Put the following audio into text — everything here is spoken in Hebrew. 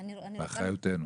זה באחריותנו.